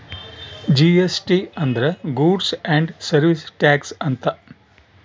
GST ಅಂದ್ರ goods and service tax ಅಂತ